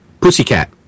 Pussycat